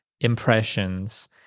impressions